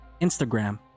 Instagram